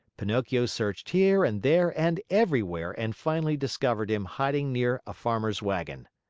pinocchio searched here and there and everywhere, and finally discovered him hiding near a farmer's wagon.